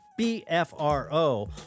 BFRO